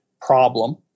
problem